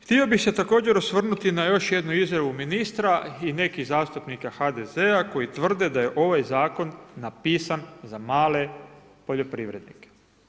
Htio bih se također osvrnuti na još jednu izjavu ministra i nekih zastupnika HDZ-a koji tvrde da je ovaj zakon napisan za male poljoprivrednike.